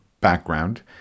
background